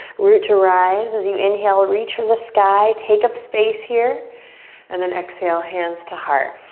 root to rise as you inhale. reach for the sky, take up space here and then exhale, hands to heart.